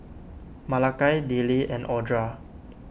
Malakai Dillie and Audra